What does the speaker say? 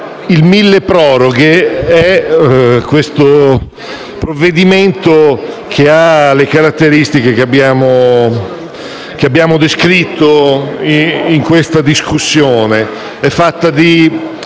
milleproroghe è un provvedimento che ha le caratteristiche che abbiamo descritto in discussione.